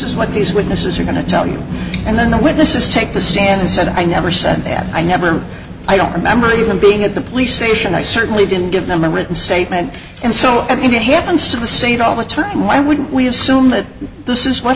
is what these witnesses are going to tell you and then the witnesses take the stand and said i never said that i never i don't remember even being at the police station i certainly didn't give them a written statement and so i mean it happens to the state all the time why would we assume that this is what